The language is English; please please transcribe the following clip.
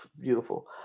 beautiful